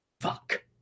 fuck